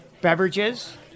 beverages